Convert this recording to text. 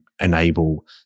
enable